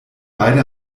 beide